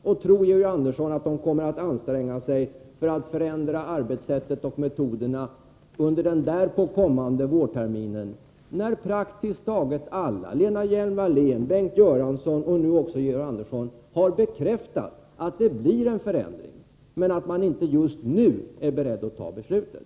Och tror Georg Andersson att de kommer att anstränga sig för att förändra arbetssättet och metoderna under den därpå kommande vårterminen, när praktiskt taget alla — Lena Hjelm-Wallén, Bengt Göransson och nu också Georg Andersson — har bekräftat att det blir en förändring men att man inte just nu är beredd att fatta beslutet.